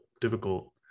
difficult